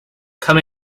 come